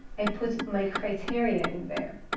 i put my criteria in there,